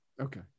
Okay